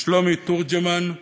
שלומי תורגמן.